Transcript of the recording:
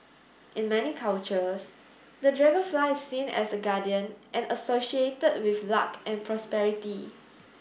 in many cultures the dragonfly is seen as a guardian and associated with luck and prosperity